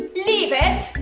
leave it!